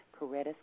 Coretta